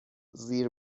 زیر